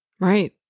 Right